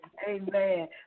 Amen